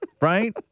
right